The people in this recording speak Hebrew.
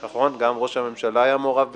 נכון, גם ראש הממשלה היה מעורב בזה.